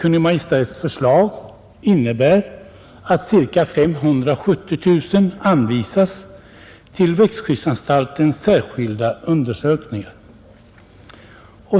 Maj:ts förslag bl.a. innebär att ca 570 000 kronor anvisas till växtskyddsanstaltens särskilda undersökningar.